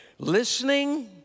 listening